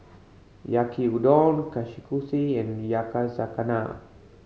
Yaki Udon Kushikatsu and Yakizakana